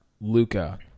Luca